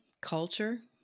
culture